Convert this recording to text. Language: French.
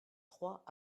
trois